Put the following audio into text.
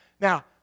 Now